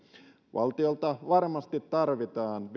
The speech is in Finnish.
valtiolta varmasti tarvitaan